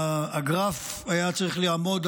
הגרף היה צריך לעמוד,